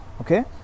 okay